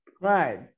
Right